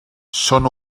són